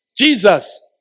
Jesus